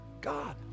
God